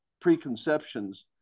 preconceptions